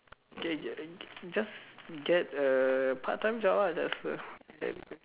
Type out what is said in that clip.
just get a part time job lah